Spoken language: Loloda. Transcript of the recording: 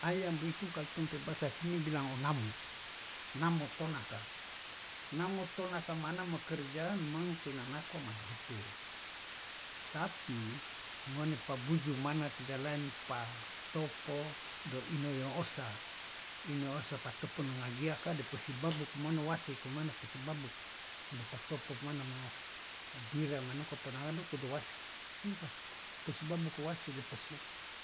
Ayam itu kalu tong p bahasa sini bilang o namo namo tonaka namo tonaka mana makerja meng kai nanako maduhutu tapi ngone pa buju mana tidak lain pa topo de ino yo osa ino osa pa topo nanga gia ka de posi babuk mane wase ka mane posi babuk de patopo mana ma o bira mana podahadoko de wase posi babuku wase de posi